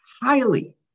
highly